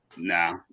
No